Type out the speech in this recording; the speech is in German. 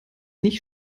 nicht